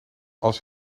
als